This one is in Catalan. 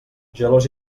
gelós